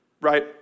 right